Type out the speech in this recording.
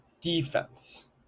Defense